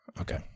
Okay